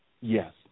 Yes